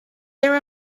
their